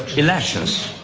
elections,